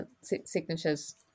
signatures